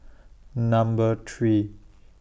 Number three